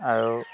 আৰু